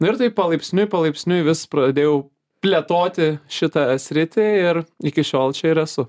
nu ir taip palaipsniui palaipsniui vis pradėjau plėtoti šitą sritį ir iki šiol čia ir esu